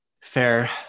Fair